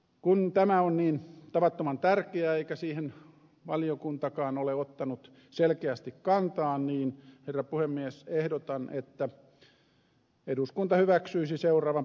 kun tämä on niin tavattoman tärkeä eikä siihen valiokuntakaan ole ottanut selkeästi kantaa niin herra puhemies ehdotan että eduskunta hyväksyisi seuraavan perustelulausuman